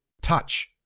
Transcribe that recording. Touch